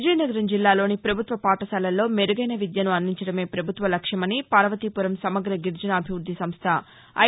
విజయనగరం జిల్లాలోని పభుత్వ పాటశాలల్లో మెరుగైన విద్యను అందించడమే పభుత్వ లక్ష్యమని పార్వతీపురం సమగ్ర గిరిజనాభివృద్ది సంస్ద ఐ